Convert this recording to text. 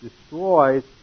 destroys